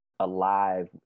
alive